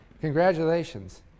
Congratulations